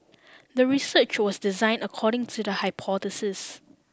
the research was designed according to the hypothesis